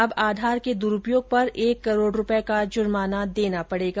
अब आधार के द्रूपयोग पर एक करोड रूपये का जुर्माना देना पडेगा